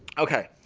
ok,